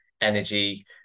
energy